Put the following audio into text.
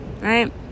right